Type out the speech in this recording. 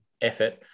effort